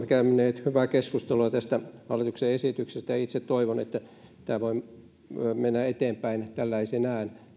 käyneet hyvää keskustelua tästä hallituksen esityksestä ja itse toivon että tämä voi nytten mennä eteenpäin tällaisenaan